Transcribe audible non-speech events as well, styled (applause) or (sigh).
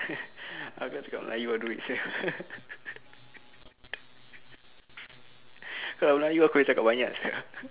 (laughs) aku nak cakap melayu all the way sia (laughs) kalau melayu aku dah cakap banyak sia (laughs)